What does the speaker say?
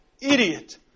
idiot